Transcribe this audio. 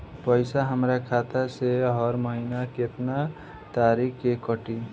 पैसा हमरा खाता से हर महीना केतना तारीक के कटी?